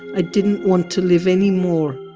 i didn't want to live anymore.